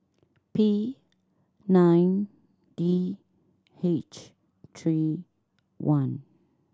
P nine D H three one